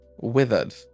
withered